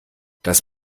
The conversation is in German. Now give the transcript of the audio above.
das